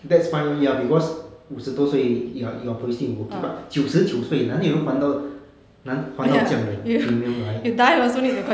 that's fine ya because 五十多岁 you you are probably still in working but 九十九岁哪里有人还到还到这样的 premium right